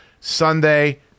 sunday